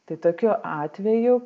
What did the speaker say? tai tokiu atveju